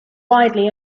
widely